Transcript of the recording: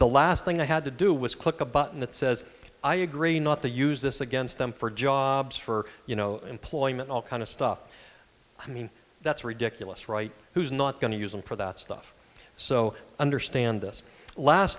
the last thing i had to do was click a button that says i agree not to use this against them for jobs for you know employment all kind of stuff i mean that's ridiculous right who's not going to use them for that stuff so understand this last